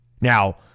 Now